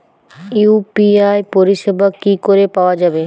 UPI পরিষেবা কি করে পাওয়া যাবে?